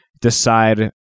decide